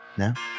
now